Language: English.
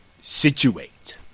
situate